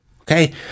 Okay